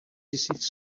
tisíc